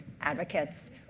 advocates